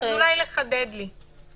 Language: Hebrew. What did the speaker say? אולי לחדד לי.